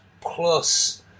plus